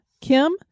Kim